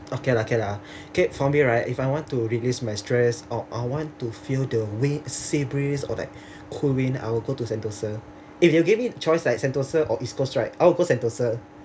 okay lah okay lah okay for me right if I want to release my stress or I want to feel the wind sea breeze or like cool wind I'll go to sentosa if you give me a choice like sentosa or east coast right I'll go sentosa